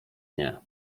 nie